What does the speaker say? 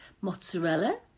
mozzarella